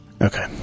Okay